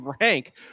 rank